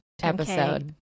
episode